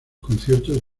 conciertos